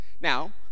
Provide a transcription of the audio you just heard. Now